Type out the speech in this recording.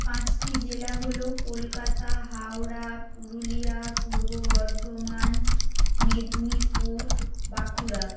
পাঁচটি জেলা হল কলকাতা হাওড়া পুরুলিয়া পূর্ব বর্ধমান মেদিনীপুর বাঁকুড়া